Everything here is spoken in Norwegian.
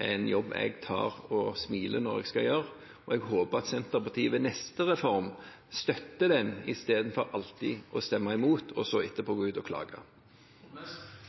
er en jobb jeg tar, og jeg smiler når jeg skal gjøre den. Og jeg håper at Senterpartiet ved neste reform støtter den, istedenfor alltid å stemme imot og så etterpå gå ut og klage.